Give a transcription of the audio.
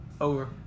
Over